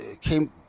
came